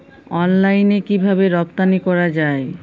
অনলাইনে কিভাবে রপ্তানি করা যায়?